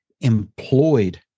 employed